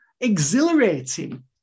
exhilarating